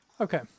Okay